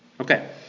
Okay